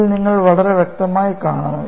ഇതിൽ നിങ്ങൾ വളരെ വ്യക്തമായി കാണുന്നു